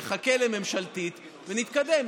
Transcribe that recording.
נחכה לממשלתית ונתקדם.